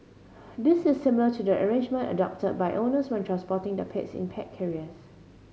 this is similar to the arrangement adopted by owners when transporting their pets in pet carriers